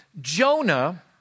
Jonah